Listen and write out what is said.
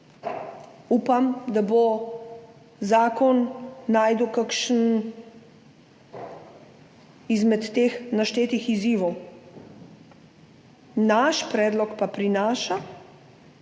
Upam, da bo zakon našel kakšnega izmed teh naštetih izzivov, naš predlog pa prinaša